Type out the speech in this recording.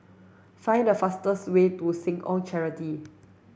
find the fastest way to Seh Ong Charity